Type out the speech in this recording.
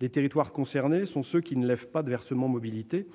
Les territoires concernés sont ceux qui ne lèvent pas de versement mobilité.